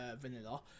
Vanilla